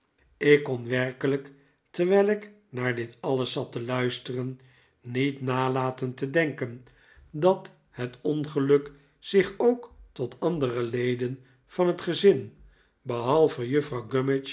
ik kon werkelijk terwijl ik naar dit alles zat te luisteren niet nalaten te denken dat het ongeluk zich ook tot andere leden van het gezin behalve juffrouw